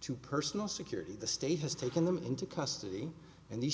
to personal security the state has taken them into custody and these